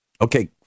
Okay